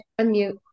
Unmute